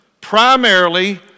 primarily